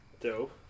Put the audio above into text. dope